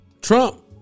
Trump